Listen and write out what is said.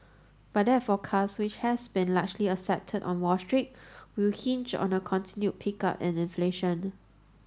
but that forecast which has been largely accepted on Wall Street will hinge on a continued pickup in inflation